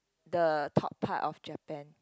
the top part of Japan